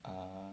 ah